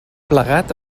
plegat